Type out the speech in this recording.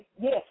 yes